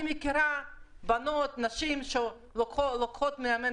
אני מכירה נשים ובנות שלוקחות מאמן